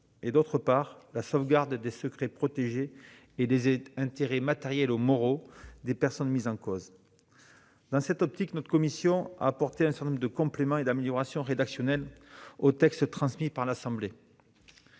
et, d'autre part, la sauvegarde des secrets protégés et des intérêts matériels ou moraux des personnes mises en cause. Dans cette optique, notre commission a apporté un certain nombre de compléments et d'améliorations rédactionnelles au texte transmis par l'Assemblée